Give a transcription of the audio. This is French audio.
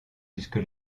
jusque